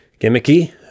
gimmicky